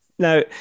Now